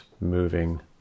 moving